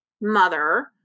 mother